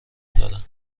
دارن